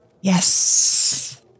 Yes